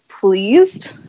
pleased